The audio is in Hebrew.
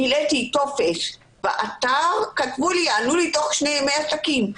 מילאתי טופס באתר וכתבו לי שיענו לי תוך שני ימי עסקים.